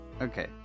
Okay